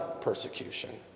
persecution